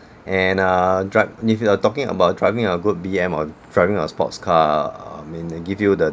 and uh drive if you are talking about driving a good B_M or driving a sports car uh I mean and give you the